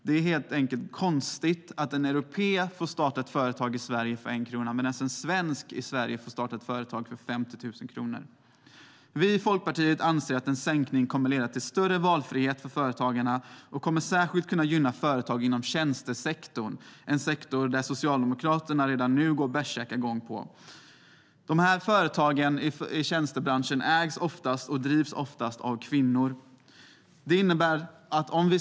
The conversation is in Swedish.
Det är konstigt att en europé får starta ett företag i Sverige för 1 krona medan en svensk i Sverige får starta ett företag för 50 000 kronor. Folkpartiet anser att en sänkning kommer att leda till större valfrihet för företagarna. Det kommer särskilt att gynna företag inom tjänstesektorn - en sektor där Socialdemokraterna redan går bärsärkagång. Dessa företag ägs och drivs oftast av kvinnor.